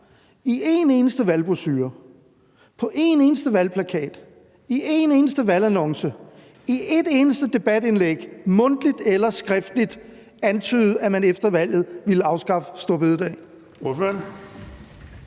i en eneste valgbrochure, på en eneste valgplakat, i en eneste valgannonce, i et eneste debatindlæg mundtligt eller skriftligt antydet, at man efter valget ville afskaffe store bededag?